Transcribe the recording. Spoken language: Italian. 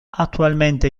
attualmente